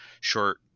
short